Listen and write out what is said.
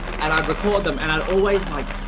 and i'd record them and i'd always like,